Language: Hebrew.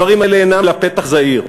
הדברים האלה אינם אלא פתח זעיר.